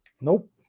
Nope